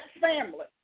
family